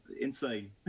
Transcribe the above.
insane